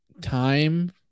time